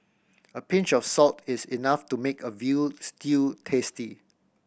a pinch of salt is enough to make a veal stew tasty